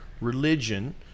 religion